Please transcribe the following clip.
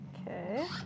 Okay